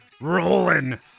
rolling